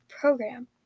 program